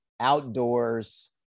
outdoors